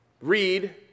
read